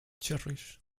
cherries